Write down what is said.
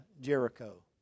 Jericho